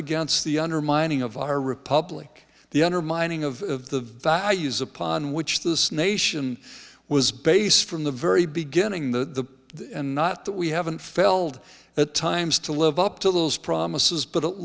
against the undermining of our republic the undermining of the values upon which this nation was base from the very beginning the and not that we haven't felt at times to live up to those promises but at